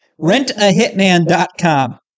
Rentahitman.com